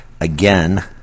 again